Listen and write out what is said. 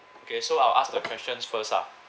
okay so I'll ask the questions first ah